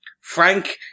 Frank